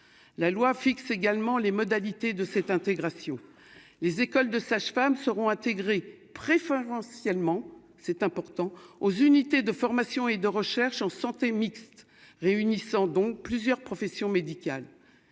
la loi fixe également les modalités de cette intégration, les écoles de sages-femmes seront intégrés préférentiellement c'est important aux unités de formation et de recherche en santé mixte réunissant donc plusieurs professions médicales